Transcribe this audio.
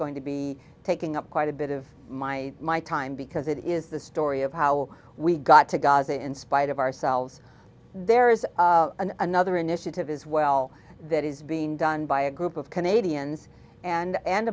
going to be taking up quite a bit of my my time because it is the story of how we got to gaza in spite of ourselves there is another initiative as well that is being done by a group of canadians and